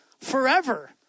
Forever